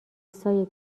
سایر